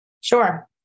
Sure